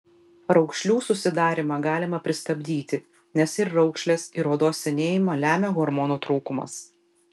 raukšlių susidarymą galima pristabdyti nes ir raukšles ir odos senėjimą lemia hormonų trūkumas